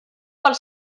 pels